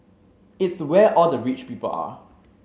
it's where all the rich people are